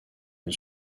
une